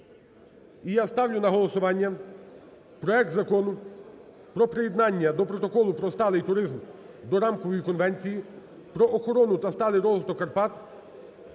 І я ставлю на голосування проект Закону про приєднання до Протоколу про сталий туризм до Рамкової конвенції про охорону та сталий розвиток Карпат